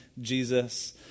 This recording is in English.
Jesus